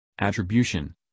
attribution